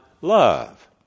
love